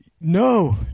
no